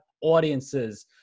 audiences